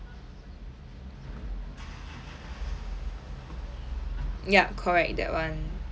ya correct that [one]